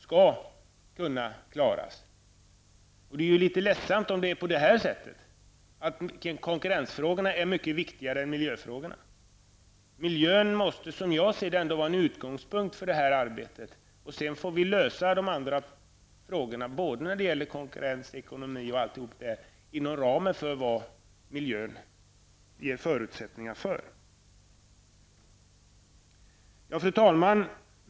Det vore litet ledsamt om man anser att konkurrensfrågorna är mycket viktigare än miljöfrågorna. Som jag ser det måste miljön ändå utgöra en utgångspunkt för detta arbete, och därefter får vi lösa de andra frågorna när det gäller konkurrens, ekonomi och annat inom ramen för de förutsättningar som miljön ger. Fru talman!